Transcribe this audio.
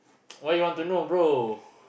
why you want to know brother